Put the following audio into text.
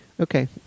Okay